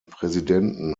präsidenten